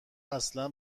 اصلا